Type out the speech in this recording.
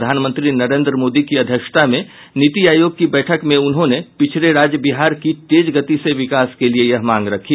प्रधानमंत्री नरेंद्र मोदी की अध्यक्षता में नीति आयोग की बैठक में उन्होंने पिछड़े राज्य बिहार की तेज गति से विकास के लिये यह मांग रखी